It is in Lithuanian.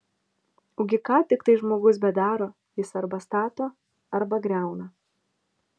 ugi ką tiktai žmogus bedaro jis arba stato arba griauna